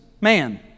man